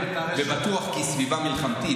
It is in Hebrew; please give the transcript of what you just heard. כי זו סביבה מלחמתית,